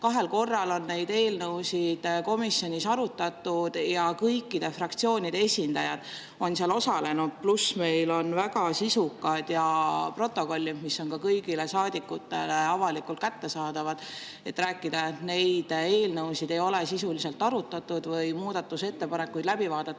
kahel korral on neid eelnõusid komisjonis arutatud ja kõikide fraktsioonide esindajad on [aruteludes] osalenud. Pluss, meil on väga sisukad protokollid, mis on kõigile saadikutele avalikult kättesaadavad. [Väide], et neid eelnõusid ei ole sisuliselt arutatud või muudatusettepanekuid läbi vaadatud